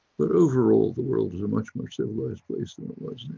but overall the world is a much more civilised place than it was.